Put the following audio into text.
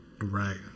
Right